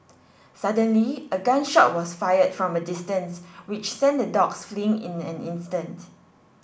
suddenly a gun shot was fired from a distance which sent the dogs fleeing in an instant